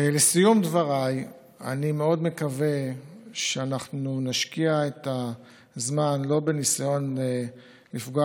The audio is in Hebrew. לסיום דבריי אני מאוד מקווה שאנחנו נשקיע את הזמן לא בניסיון לפגוע